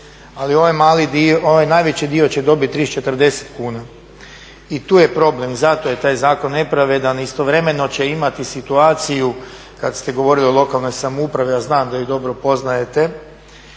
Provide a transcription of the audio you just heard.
Ali ovaj najveći dio će dobiti 30, 40 kuna. I tu je problem. Zato je taj zakon nepravedan, istovremeno će imati situaciju kad ste govorili o lokalnoj samoupravi, a znam da ju dobro poznajete